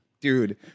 dude